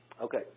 Okay